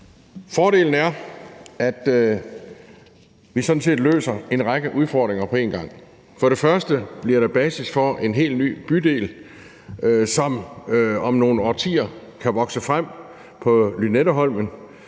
Fordelen er, at vi sådan set løser en række udfordringer på én gang. For det første bliver der basis for en helt ny bydel, som om nogle årtier kan vokse frem på Lynetteholmen.